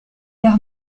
leur